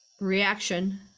reaction